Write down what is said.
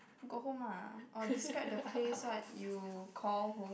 go home ah or describe the place what you called home